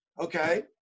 Okay